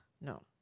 No